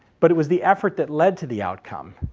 but it was the effort that led to the outcome,